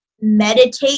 meditate